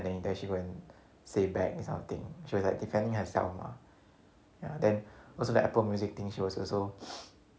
and then later she go and say back this kind of thing she was like defending herself mah ya then also the apple music thing she was also